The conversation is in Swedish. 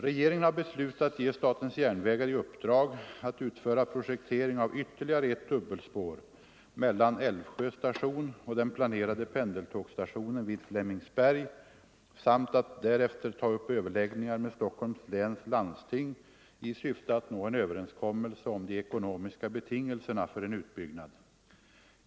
Regeringen har beslutat ge statens järnvägar i uppdrag att utföra projektering av ytterligare ett dubbelspår mellan Älvsjö station och den planerade pendeltågsstationen vid Flemingsberg samt att därefter ta upp överläggningar med Stockholms läns landsting i syfte att nå en överenskommelse om de ekonomiska betingelserna för en utbyggnad.